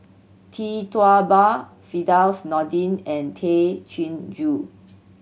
Tee Tua Ba Firdaus Nordin and Tay Chin Joo